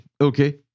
okay